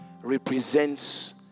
represents